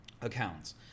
accounts